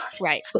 Right